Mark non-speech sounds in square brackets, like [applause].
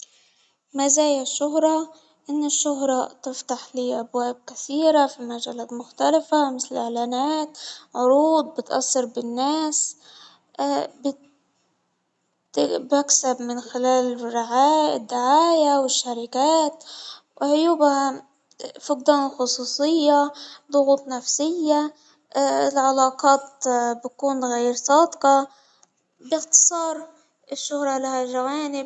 مازايا الشهرة، أن الشهرة تفتح لي أبواب كثيرة في مجالات مختلفة مثل إعلانات عروض بتأثر بالناس [hesitation] بكسب من خلال رعاية-دعاية وشركات وعيوب فقدان خصوصية ضغوط نفسية [hesitation] العلاقات بتكون غير صادقة، باختصار الشهرة لها جوانب.